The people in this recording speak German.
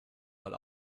mal